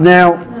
Now